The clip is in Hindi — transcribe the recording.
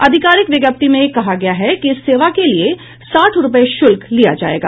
आधिकारिक विज्ञप्ति में कहा गया है कि इस सेवा के लिए साठ रुपए शुल्क लिया जाएगा